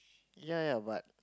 ya ya but